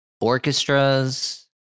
orchestras